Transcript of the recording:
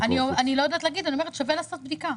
אני לא יודעת להגיד, אני אומרת ששווה לעשות בדיקה.